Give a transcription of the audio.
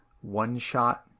one-shot